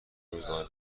روزنامه